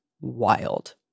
wild